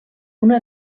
una